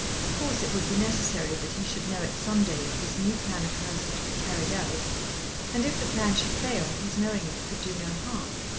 of course it would be necessary that he should know it some day if this new plan of hers were to be carried out and if the plan should fail, his knowing it could do no harm.